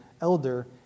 elder